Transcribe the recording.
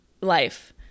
life